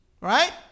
Right